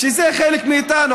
שזה חלק מאיתנו.